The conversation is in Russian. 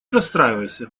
расстраивайся